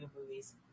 movies